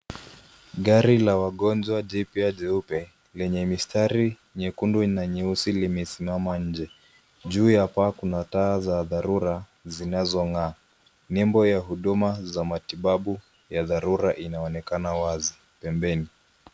Gari la wagonjwa jipya jeupe, lenye mistari nyekundu na nyeusi limesimama nje. Juu ya paa kuna taa za dharura zinazong'aa .Nembo ya huduma za matibabu ya dharura inaonekana wazi pembeni.